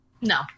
No